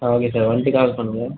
ஆ okay sir வந்துட்டு call பண்ணுங்கள்